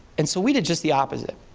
and so we did just the opposite.